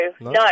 no